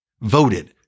voted